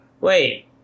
Wait